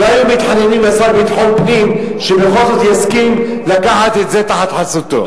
לא היו מתחננים לשר לביטחון פנים שבכל זאת יסכים לקחת את זה תחת חסותו.